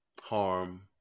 harm